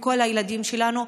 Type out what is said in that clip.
בכל הילדים שלנו,